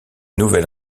nouvelle